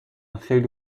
خیلی